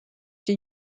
die